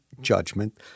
judgment